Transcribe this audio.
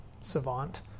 savant